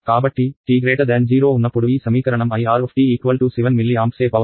కాబట్టి t 0 ఉన్నప్పుడు ఈ సమీకరణం IR 7 mA e t 1 micro second